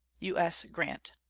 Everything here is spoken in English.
u s. grant.